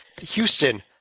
Houston